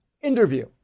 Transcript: interview